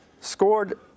scored